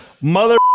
mother